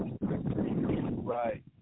Right